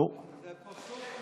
זה פסוק מתהילים.